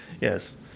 Yes